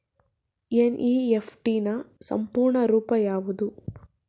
NEFT ನ ಪೂರ್ಣ ರೂಪ ಯಾವುದು?